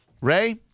Ray